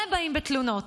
והם באים בתלונות.